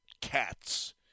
cats